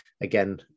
again